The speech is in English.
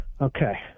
Okay